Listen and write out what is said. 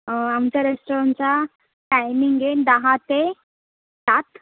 आमच्या रेस्टॉरंटचा टायमिंग आहे दहा ते सात